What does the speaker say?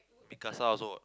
Picasa also what